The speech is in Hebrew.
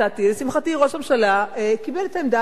לשמחתי ראש הממשלה קיבל את העמדה הזאת שלי,